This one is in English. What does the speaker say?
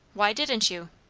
why didn't you?